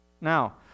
Now